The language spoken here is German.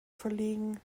verlegen